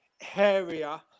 hairier